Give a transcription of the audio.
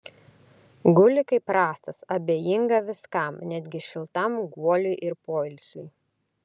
guli kaip rąstas abejinga viskam netgi šiltam guoliui ir poilsiui